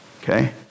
okay